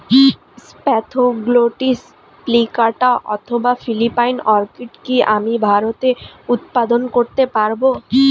Spathoglottis plicata অথবা Philippine orchid কি আমি ভারতে উৎপাদন করতে পারবো?